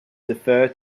defer